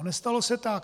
Nestalo se tak.